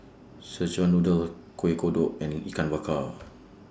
Szechuan Noodle Kueh Kodok and Ikan Bakar